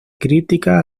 crítica